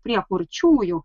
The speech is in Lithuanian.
prie kurčiųjų